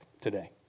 today